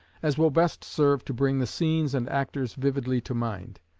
as will best serve to bring the scenes and actors vividly to mind.